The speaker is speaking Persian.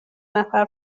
نفر